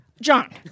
John